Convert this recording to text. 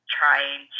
trying